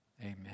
amen